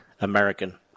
American